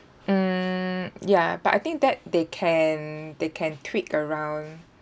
mm ya but I think that they can they can tweak around